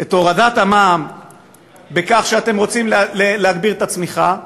את הורדת המע"מ בכך שאתם רוצים להגביר את הצמיחה,